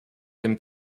dem